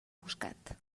buscat